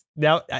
Now